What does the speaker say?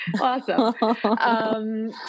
Awesome